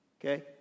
okay